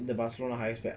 the barcelona highest paid